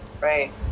Right